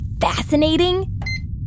fascinating